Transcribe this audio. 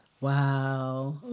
wow